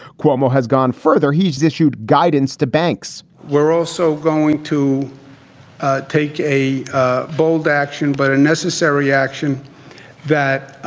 cuomo has gone further. he's issued guidance to banks we're also going to take a a bold action, but a necessary action that